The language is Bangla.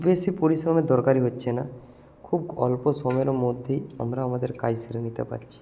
বেশি পরিশ্রমের দরকারই হচ্ছে না খুব অল্প সময়েরও মধ্যেই আমরা আমাদের কাজ সেরে নিতে পারছি